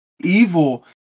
evil